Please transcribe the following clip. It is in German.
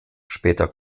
später